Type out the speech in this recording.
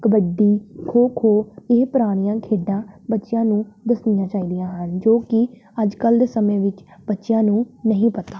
ਕਬੱਡੀ ਖੋ ਖੋ ਇਹ ਪੁਰਾਣੀਆਂ ਖੇਡਾਂ ਬੱਚਿਆਂ ਨੂੰ ਦੱਸਣੀਆਂ ਚਾਹੀਦੀਆਂ ਹਨ ਜੋ ਕਿ ਅੱਜ ਕੱਲ੍ਹ ਦੇ ਸਮੇਂ ਵਿੱਚ ਬੱਚਿਆਂ ਨੂੰ ਨਹੀਂ ਪਤਾ